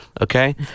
okay